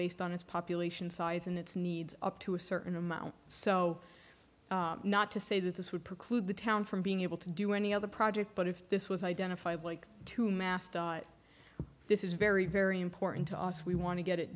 based on its population size and its needs up to a certain amount so not to say that this would preclude the town from being able to do any other project but if this was identified like to master this is very very important to us we want to get it